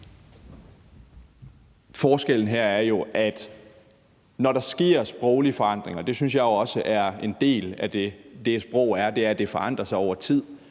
Forskellen her er jo, at når der sker sproglige forandringer – det synes jeg jo også ligger sprogets natur, altså at det forandrer sig over tid